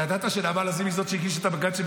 אתה ידעת שנעמה לזימי היא זו שהגישה את הבג"ץ,